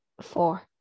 Four